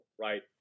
Right